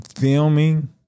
filming